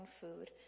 food